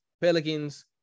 Pelicans